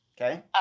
Okay